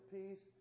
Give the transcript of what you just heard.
peace